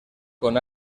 con